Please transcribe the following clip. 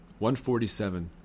147